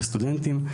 בסטודנטים.